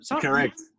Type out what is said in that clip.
Correct